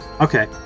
Okay